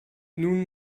nun